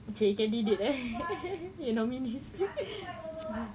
!chey! candidate eh your nominees